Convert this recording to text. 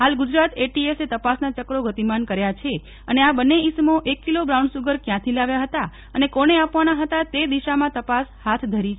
હાલ ગુજરાત એટીએસએ તપાસના ચક્રો ગતિમાન કર્યા છે અને આ બંને ઇસમો એક કિલો બ્રાઉન સુગર ક્યાંથી લાવ્યા હતા અને કોને આપવાના હતા તે દિશામાં તપાસ હાથ ધરી છે